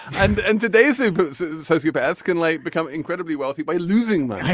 and end today's but so sociopaths can like become incredibly wealthy by losing money.